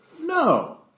No